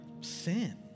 sin